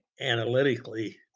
analytically